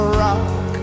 rock